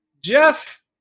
Jeff